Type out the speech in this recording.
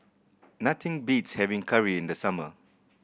nothing beats having curry in the summer